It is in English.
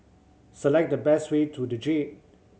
select the best way to The Jade